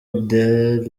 abel